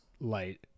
light